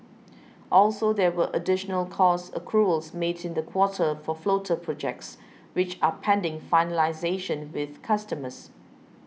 also there were additional cost accruals made in the quarter for floater projects which are pending finalisation with customers